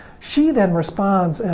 she then responds, and